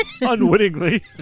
Unwittingly